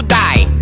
die